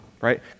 right